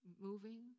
moving